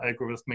algorithmic